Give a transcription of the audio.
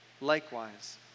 likewise